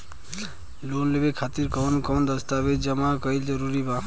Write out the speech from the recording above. Loan लेवे खातिर कवन कवन दस्तावेज जमा कइल जरूरी बा?